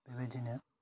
बेबायदिनो